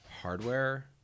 hardware